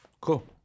cool